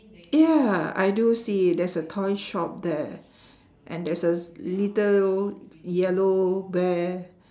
ya I do see there's a toy shop there and there's a little yellow bear